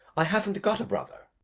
i haven't got a brother.